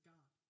God